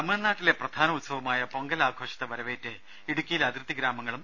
തമിഴ്നാട്ടിലെ പ്രധാന ഉത്സവമായ പൊങ്കൽ ആഘോഷത്തെ വരവേറ്റ് ഇടുക്കിയിലെ അതിർത്തി ഗ്രാമങ്ങളും